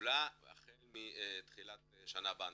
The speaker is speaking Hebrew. לפעולה החל מתחילת השנה הבאה.